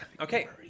Okay